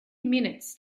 minutes